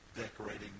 decorating